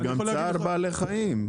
וגם צער בעלי חיים.